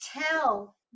tell